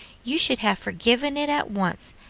you should have forgiven it at once,